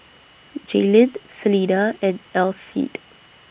Jaelynn Selina and Alcide